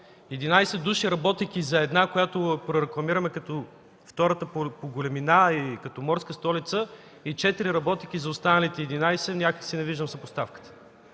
души, работейки за една, която рекламираме като втората по големина, като морска столица, и четири, работейки за останалите 11, някак си не виждам съпоставка.